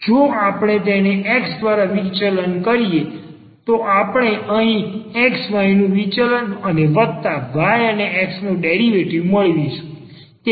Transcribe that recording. જો આપણે તેને x દ્વારા વિચલન કરીએ તો આપણે અહીં x y નું વિચલન અને વત્તા y અને x નો ડેરિવેટિવ મેળવીશું